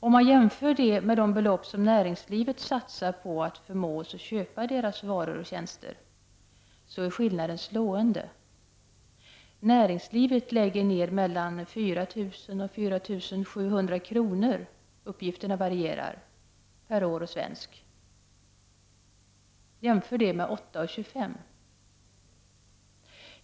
Om man jämför det med de belopp som näringslivet satsar på att förmå oss att köpa deras varor och tjänster, finner man att skillnaden är slående. Näringslivet lägger ner mellan 4 000 och 4 700 kr. — uppgifterna varierar — per år och svensk. Jämför det med 8:25 kr.!